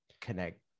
Connect